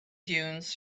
dunes